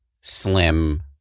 slim